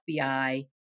FBI